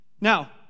Now